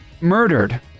murdered